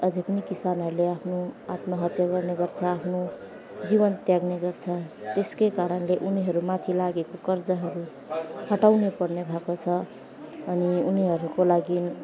अझै पनि किसानहरूले आफ्नो आत्महत्या गर्ने गर्छ आफ्नो जीवन त्याग्ने गर्छ त्यसै कारणले उनीहरू माथि लागेको कर्जाहरू हटाउने पर्ने भएको छ अनि उनीहरूको लागि